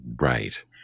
Right